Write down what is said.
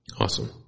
Awesome